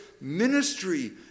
ministry